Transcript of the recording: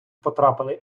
потрапили